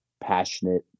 passionate